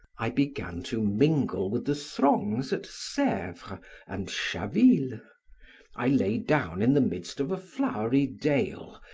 i began to mingle with the throngs at sevres and chaville i lay down in the midst of a flowery dale,